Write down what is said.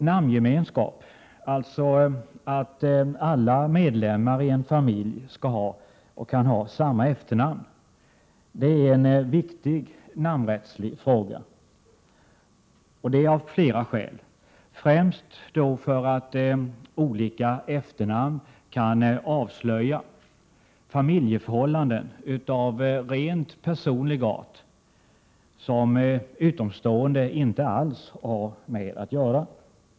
Namngemenskap, alltså att alla medlemmar i en familj har samma efternamn, är en viktig namnrättslig fråga, och det av flera skäl, främst för att olika efternamn kan avslöja familjeförhållanden av rent personlig art som utomstående inte alls har med att göra.